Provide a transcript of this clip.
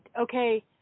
okay